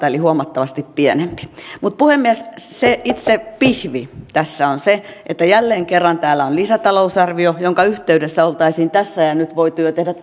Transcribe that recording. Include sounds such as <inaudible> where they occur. <unintelligible> eli huomattavasti pienempi mutta puhemies itse pihvi tässä on se että jälleen kerran täällä on lisätalousarvio jonka yhteydessä oltaisiin tässä ja ja nyt voitu tehdä <unintelligible>